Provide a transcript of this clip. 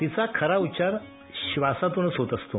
तिचा खरा उच्चार श्वासातूनच होत असतो